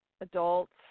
Adults